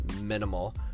minimal